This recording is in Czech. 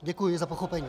Děkuji za pochopení.